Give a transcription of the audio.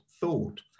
thought